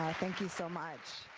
thank you so much.